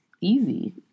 easy